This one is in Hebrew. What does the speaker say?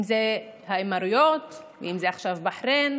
אם זה עם האמירויות, אם זה עכשיו עם בחריין,